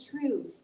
true